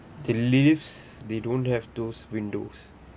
the lives they don't have those windows